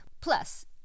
Plus